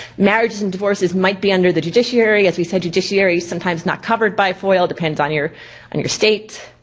marriage and divorces might be under the judiciary. as we said, judiciary sometimes not covered by foil, depends on your on your state.